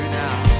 now